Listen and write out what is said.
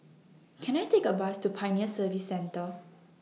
Can I Take A Bus to Pioneer Service Centre